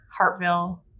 Hartville